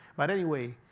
but anyway,